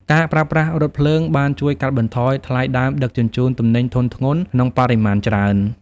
ការប្រើប្រាស់រថភ្លើងបានជួយកាត់បន្ថយថ្លៃដើមដឹកជញ្ជូនទំនិញធុនធ្ងន់ក្នុងបរិមាណច្រើន។